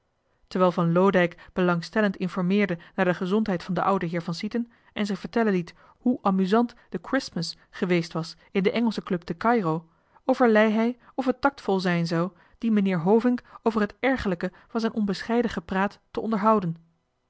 terwijl van loodijck belangstellend informeerde naar de gezondheid van den ouden heer van sieten en zich vertellen liet hoe amusant de christmas geweest was in de engelsche club te kaïro overlei hij of het tactvol zijn zou dien meneer hovink over het ergerlijke van zijn onbescheiden gepraat te onderhouden